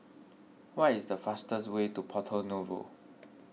what is the fastest way to Porto Novo